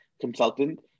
consultant